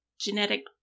genetic